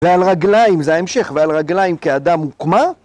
ועל רגליים, זה ההמשך, ועל רגליים כאדם הוקמה